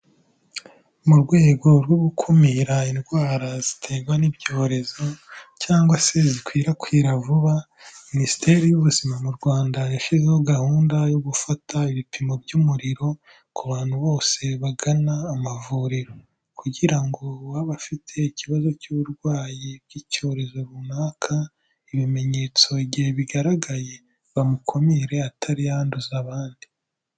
Mu rwego rwo gukumira indwara ziterwa n'ibyorezo cyangwa se zikwirakwira vuba, Minisiteri y'Ubuzima mu Rwanda yashyizeho gahunda yo gufata ibipimo by'umuriro ku bantu bose bagana amavuriro. Kugira ngo uwaba afite ikibazo cy'uburwayi bw'icyorezo runaka, ibimenyetso igihe bigaragaye, bamukumire atari yanduza abandi.